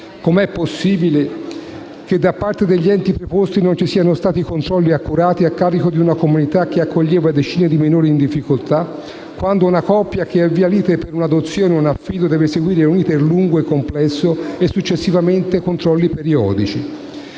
Com'è possibile che da parte degli enti preposti non ci siano stati controlli accurati a carico di una comunità che accoglieva decine di minori in difficoltà, quando una coppia che avvia l'*iter* per un'adozione o un affido deve seguire un *iter* lungo e complesso e, successivamente, controlli periodici?